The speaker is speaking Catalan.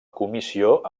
comissió